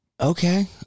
okay